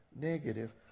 negative